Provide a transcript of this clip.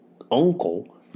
uncle